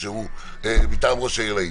או שהוא מטעם ראש העיר לעניין.